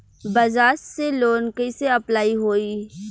बज़ाज़ से लोन कइसे अप्लाई होई?